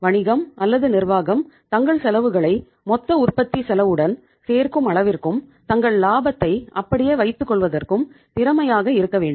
வணிகம் அல்லது நிர்வாகம் தங்கள் செலவுகளை மொத்த உற்பத்தி செலவுடன் சேர்க்கும் அளவிற்கும் தங்கள் லாபத்தை அப்படியே வைத்துக் கொள்வதற்கும் திறமையாக இருக்க வேண்டும்